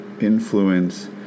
influence